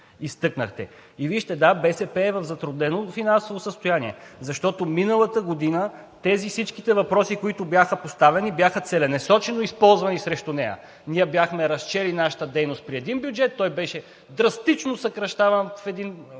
Вижте, да, БСП е в затруднено финансово състояние, защото миналата година всички тези въпроси, които бяха поставени, бяха целенасочено използвани срещу нея. Ние бяхме разчели нашата дейност при един бюджет, той беше драстично съкращаван в един